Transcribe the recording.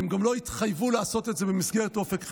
והן גם לא התחייבו לעשות את זה במסגרת אופק חדש.